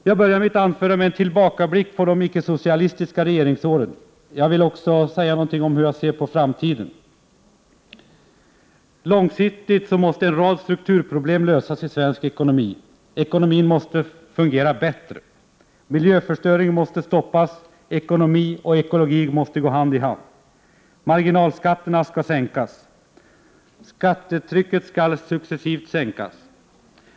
Jag började mitt anförande med en tillbakablick på de icke-socialistiska regeringsåren. Jag vill också säga något om hur jag ser på framtiden. Långsiktigt måste en rad strukturproblem lösas i svensk ekonomi. Ekonomin måste fungera bättre. Miljöförstöringen måste stoppas. Ekonomi och ekologi måste gå hand i hand. Marginalskatterna skall sänkas. Skatttetrycket skall successivt sänkas.